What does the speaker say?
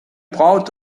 proud